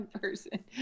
person